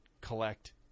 collect